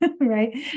right